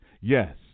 Yes